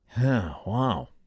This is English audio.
Wow